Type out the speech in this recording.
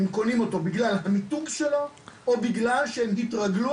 הם קונים אותו בגלל המיתוג שלו או בגלל שהם התרגלו